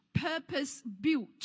purpose-built